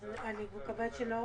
אני חייב להגיד תודה